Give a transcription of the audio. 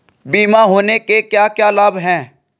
बीमा होने के क्या क्या लाभ हैं?